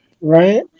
right